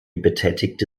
betätigte